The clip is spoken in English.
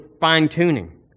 fine-tuning